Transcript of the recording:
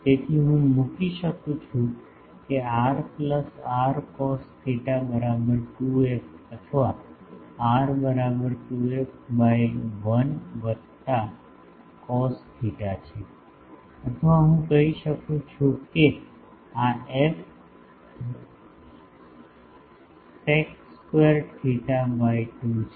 તેથી હું મૂકી શકું છું કે r plus R cos theta બરાબર 2 f અથવા r બરાબર 2 f બાય 1 વત્તા કોસ થેટા છે અથવા હું કહી શકું છું કે આ F sec square theta by 2 છે